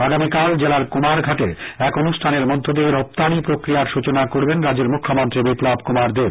আগামীকাল জেলার কুমারঘাটে এক অনুষ্ঠানের মধ্য দিয়ে রপ্তানি প্রক্রিয়ার সচনা করবেন রাজ্যের মুখ্যমন্ত্রী বিপ্লব কৃমার দেব